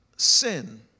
sin